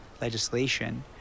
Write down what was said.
legislation